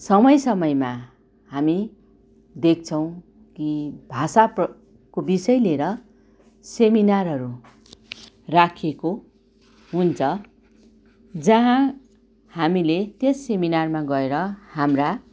समय समयमा हामी देख्छौँ कि भाषाको विषय लिएर सेमिनारहरू राखिएको हुन्छ जहाँ हामीले त्यस सेमिनारमा गएर हाम्रा